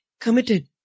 committed